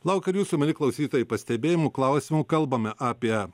laukiu ir jūsų mieli klausytojai pastebėjimų klausimų kalbame apie